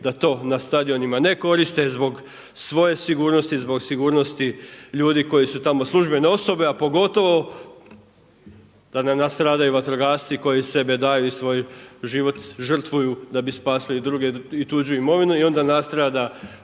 da to na stadionima ne koriste zbog svoje sigurnosti, zbog sigurnosti ljudi koji su tamo službene osobe, a pogotovo da ne nastradaju vatrogasci koji sebe daju i svoj život žrtvuju da bi spasili druge i tuđu imovinu i onda nastrada